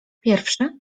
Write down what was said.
pierwsze